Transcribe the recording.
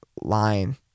line